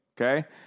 Okay